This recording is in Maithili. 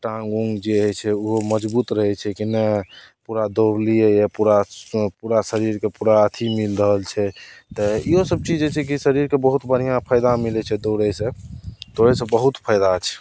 टाङ्ग उङ्ग जे होइ छै उहो मजगूत रहय छै की ने पूरा दौड़लियैये पूरा पूरा शरीरके पूरा अथी मिल रहल छै तऽ इहो सब चीज जैसे कि शरीरके बहुत बढ़िआँ फायदा मिलय छै दौड़यसँ दौड़यसँ बहुत फायदा छै